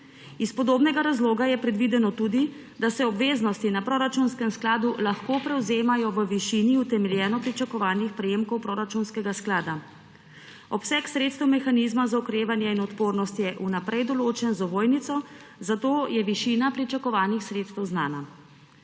Iz podobnega razloga je predvideno tudi, da se obveznosti na proračunskem skladu lahko prevzemajo v višini utemeljeno pričakovanih prejemkov proračunskega sklada. Obseg sredstev mehanizma za okrevanje in odpornost je vnaprej določen z ovojnico, zato je višina pričakovanih sredstev znana.